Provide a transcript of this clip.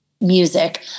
music